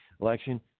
election